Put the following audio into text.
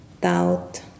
doubt